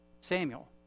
Samuel